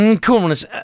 Coolness